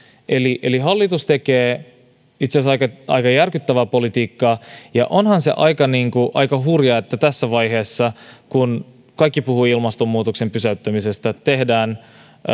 eli eli hallitus tekee itse asiassa aika aika järkyttävää politiikkaa ja onhan se aika hurjaa että tässä vaiheessa kun kaikki puhuvat ilmastonmuutoksen pysäyttämisestä tehdään